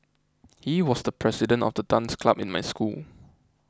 he was the president of the dance club in my school